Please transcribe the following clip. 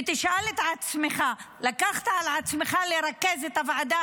ותשאל את עצמך: לקחת על עצמך לרכז את הוועדה